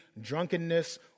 drunkenness